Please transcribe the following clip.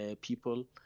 people